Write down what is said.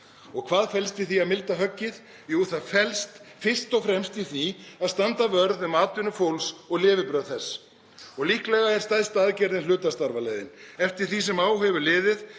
Og hvað felst í því að milda höggið? Jú, það felst fyrst og fremst í því að standa vörð um atvinnu fólks og lifibrauð þess og líklega er stærsta aðgerðin hlutastarfaleiðin. Eftir því sem á hefur liðið